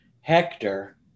Hector